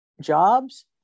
jobs